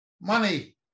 money